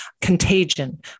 contagion